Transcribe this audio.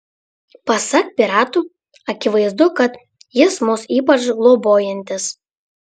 pasak piratų akivaizdu kad jis mus ypač globojantis